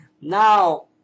Now